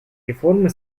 реформы